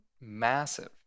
massive